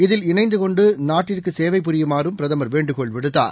இதில் இணைந்துகொண்டுநாட்டுக்குசேவை புரியுமாறும் பிரதமர் வேண்டுகோள் விடுத்தார்